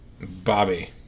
Bobby